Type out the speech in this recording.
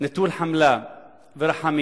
נטול חמלה ורחמים.